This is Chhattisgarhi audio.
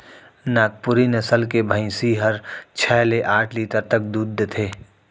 नागपुरी नसल के भईंसी हर छै ले आठ लीटर तक दूद देथे